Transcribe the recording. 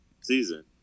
season